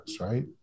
right